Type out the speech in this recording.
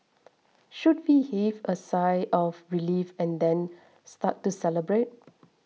should we heave a sigh of relief and then start to celebrate